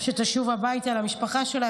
שתשוב הביתה למשפחה שלה.